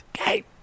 Okay